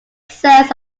sales